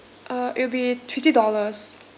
uh it'll be fifty dollars